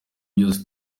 byose